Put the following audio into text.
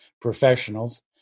professionals